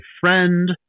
friend